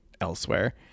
elsewhere